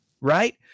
right